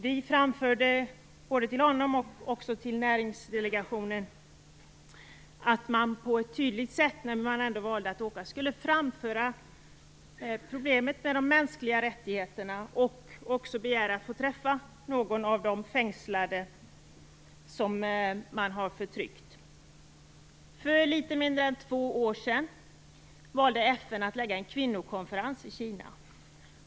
Vi framförde både till honom och till näringsdelegationen att man, när man ändå valde att åka, på ett tydligt sätt skulle framföra problemet med de mänskliga rättigheterna och också begära att få träffa någon av de fängslade som har förtryckts. För litet mindre än två år sedan valde FN att lägga en kvinnokonferens i Kina.